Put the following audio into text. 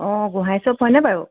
অ' Gohain shop হয়নে বাৰু